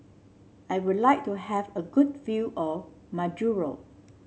I would like to have a good view of Majuro